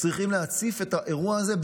צריכים להציף את האירוע הזה,